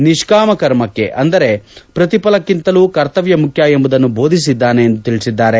ನಿಷ್ಠಾಮ ಕರ್ಮಕ್ಕೆ ಅಂದರೆ ಪ್ರತಿಫಲಕ್ಕಿಂತಲೂ ಕರ್ತವ್ಯ ಮುಖ್ಯ ಎಂಬುದನ್ನು ಬೋಧಿಸಿದ್ದಾನೆ ಎಂದು ತಿಳಿಸಿದ್ದಾರೆ